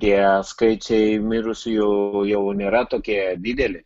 tie skaičiai mirusiųjų jau nėra tokie dideli